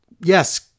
yes